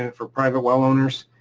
and for private well owners,